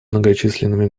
многочисленными